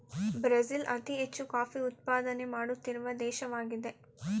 Brazil ಅತಿ ಹೆಚ್ಚು coffee ಉತ್ಪಾದನೆ ಮಾಡುತ್ತಿರುವ ದೇಶವಾಗಿದೆ